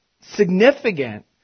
significant